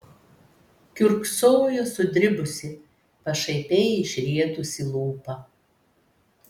kiurksojo sudribusi pašaipiai išrietusi lūpą